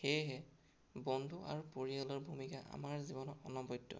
সেয়েহে বন্ধু আৰু পৰিয়ালৰ ভূমিকা আমাৰ জীৱনত অনবদ্য